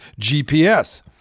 GPS